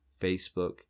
Facebook